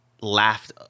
laughed